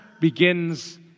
begins